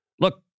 Look